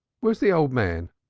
where's the old man?